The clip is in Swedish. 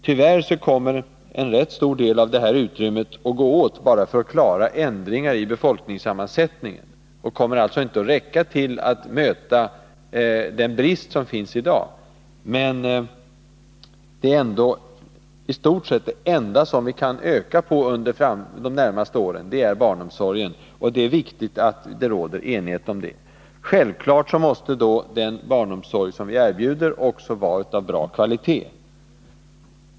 Tyvärr kommer en rätt stor del av detta utrymme att gå åt bara för att klara ändringar i befolkningssammansättningen, och det kommer alltså inte att räcka för att möta den brist som finns i dag. I stort sett det enda som vi kan öka på under de närmaste åren är ändå barnomsorgen. Det är viktigt att det råder enighet om det. Självklart måste då den barnomsorg som vi erbjuder också vara av bra kvalitet.